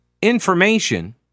Information